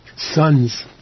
sons